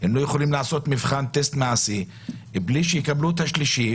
הם לא יכולים לעשות מבחן נהיגה מעשי ללא שיקבלו את החיסון השלישי,